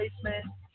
placement